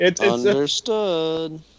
Understood